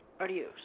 Adios